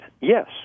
yes